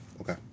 Okay